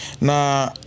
Na